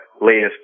latest